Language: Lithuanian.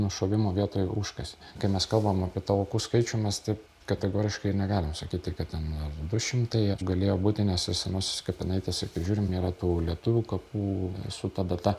nušovimo vietoje užkasė kai mes kalbam apie tavo aukų skaičių mes taip kategoriškai negalim sakyti kad ten du šimtai ar galėjo būti nes senosiose kapinaitėse kai žiūrim yra tų lietuvių kapų su ta data